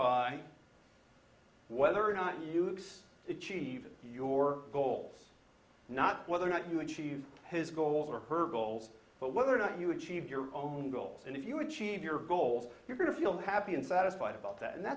by whether or not you use the chivas your goals not whether or not you achieve his goals or her goals but whether or not you achieve your own goals and if you achieve your goals you're going to feel happy and satisfied about that and